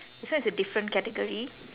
this one is a different category